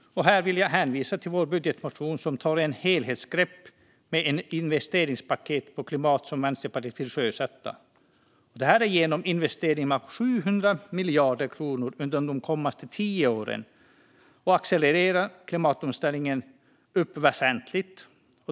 Här vill jag hänvisa till vår budgetmotion, där Vänsterpartiet tar ett helhetsgrepp i form av det investeringspaket för klimatet som vi vill sjösätta. Det handlar om investeringar på 700 miljarder kronor under de kommande tio åren, vilket accelererar klimatomställningen väsentligt.